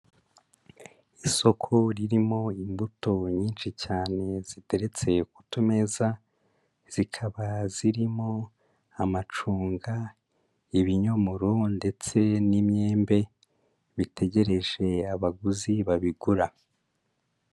Isoko ririmo imbuto nyinshi cyane ziteretse kutumeza, zikaba zirimo amacunga, ibinyomoro ndetse n'imyembe bitegereje abaguzi babigura.